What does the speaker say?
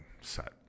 set